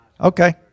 okay